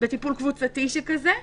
בטיפול קבוצתי שכזה,